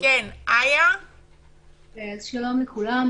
שלום לכולם,